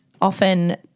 Often